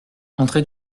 entrez